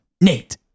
Nate